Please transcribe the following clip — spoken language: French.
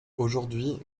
aujourd’hui